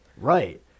right